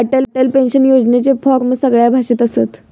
Atal pension योजनेचे form सगळ्या भाषेत असत